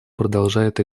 продолжает